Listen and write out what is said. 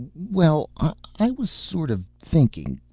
well, i was sort of thinking.